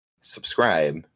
subscribe